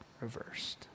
reversed